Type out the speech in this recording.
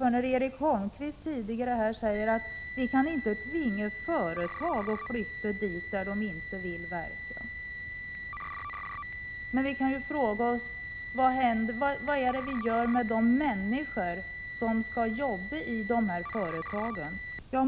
när Erik Holmkvist här tidigare sade att vi inte kan tvinga företag att flytta dit där de inte vill verka. Men vi kan ju fråga oss vad det är vi gör med de människor som skall jobba i dessa företag.